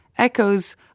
Echoes